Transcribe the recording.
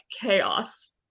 chaos